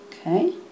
Okay